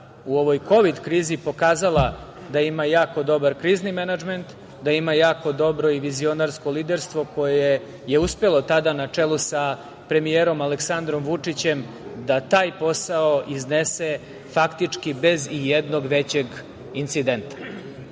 u ovoj kovid krizi pokazala da ima jako dobar krizni menadžment, da ima jako dobro i vizionarsko liderstvo koje je uspelo tada na čelu sa premijerom Aleksandrom Vučićem da taj posao iznese faktički bez i jednog većeg incidenta.I